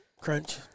Crunch